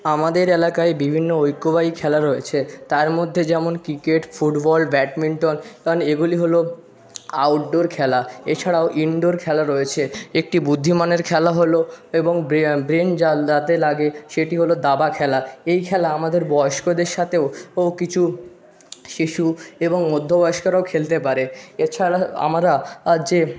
আমাদের এলাকায় বিভিন্ন ঐক্যবাহী খেলা রয়েছে তার মধ্যে যেমন ক্রিকেট ফুটবল ব্যাডমিন্টন এগুলি হল আউটডোর খেলা এছাড়াও ইনডোর খেলা রয়েছে একটি বুদ্ধিমানের খেলা হল এবং ব্রে ব্রেন লাগে সেটি হল দাবা খেলা এই খেলা আমাদের বয়স্কদের সাথেও ও কিছু শিশু এবং মধ্যবয়স্করাও খেলতে পারে এছাড়া আমরা যে